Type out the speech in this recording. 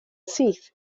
syth